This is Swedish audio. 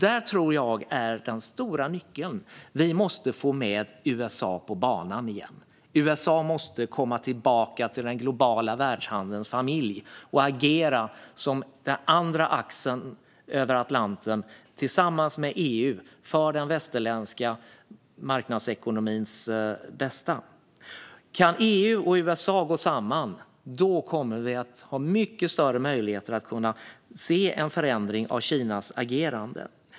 Där tror jag att den stora nyckeln är att vi får med USA på banan igen. USA måste komma tillbaka till den globala världshandelns familj och tillsammans med EU agera som den andra axeln över Atlanten för den västerländska marknadsekonomins bästa. Kan EU och USA gå samman kommer vi att ha mycket större möjligheter att se en förändring av Kinas agerande.